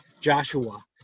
Joshua